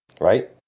Right